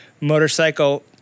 motorcycle